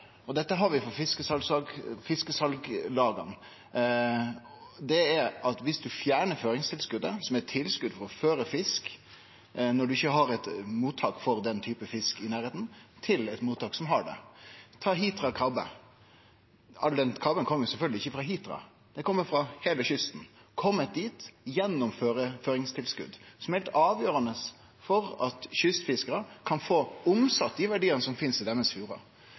tilskot for å føre fisk når ein ikkje har eit mottak for den typen fisk i nærleiken, til eit mottak som har det. Ta Hitra-krabbe: All den krabben kjem sjølvsagt ikkje frå Hitra, men frå heile kysten, og er kome dit på grunn av føringstilskot, som er heilt avgjerande for at kystfiskarar kan få omsett dei verdiane som finst i